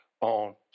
on